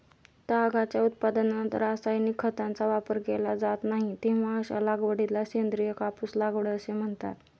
तागाच्या उत्पादनात रासायनिक खतांचा वापर केला जात नाही, तेव्हा अशा लागवडीला सेंद्रिय कापूस लागवड असे म्हणतात